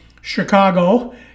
Chicago